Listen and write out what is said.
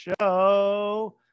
show